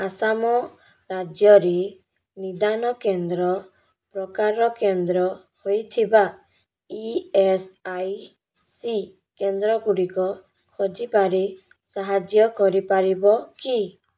ଆସାମ ରାଜ୍ୟରେ ନିଦାନ କେନ୍ଦ୍ର ପ୍ରକାର କେନ୍ଦ୍ର ହୋଇଥିବା ଇ ଏସ୍ ଆଇ ସି କେନ୍ଦ୍ରଗୁଡ଼ିକ ଖୋଜିବାରେ ସାହାଯ୍ୟ କରିପାରିବ କି